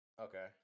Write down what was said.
Okay